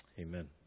amen